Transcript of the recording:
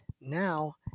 Now